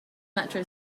metro